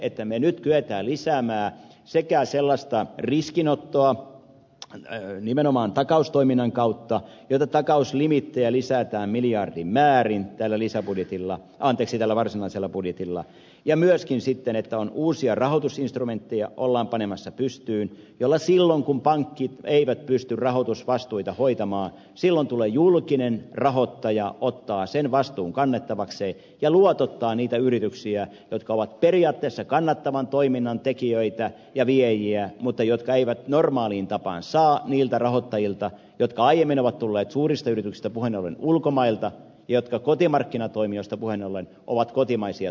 elikkä me nyt kykenemme lisäämään sellaista riskinottoa nimenomaan takaustoiminnan kautta jossa takauslimiittejä lisätään miljardimäärin tällä varsinaisella budjetilla ja myöskin uusia rahoitusinstrumentteja ollaan panemassa pystyyn joilla silloin kun pankit eivät pysty rahoitusvastuita hoitamaan tulee julkinen rahoittaja ottaa sen vastuun kannettavakseen ja luotottaa niitä yrityksiä jotka ovat periaatteessa kannattavan toiminnan tekijöitä ja viejiä mutta jotka eivät normaaliin tapaan saa rahaa niiltä rahoittajilta jotka aiemmin ovat tulleet suurista yrityksistä puheenollen ulkomailta ja jotka kotimarkkinatoimijoista puheenollen ovat kotimaisia toimijoita